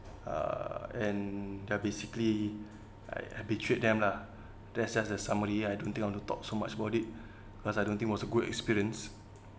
uh and they're basically I I betrayed them lah there says that somebody I don't think want to talk so much about it cause I don't think was a good experience